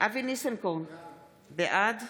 בעד